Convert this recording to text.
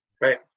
Right